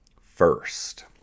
first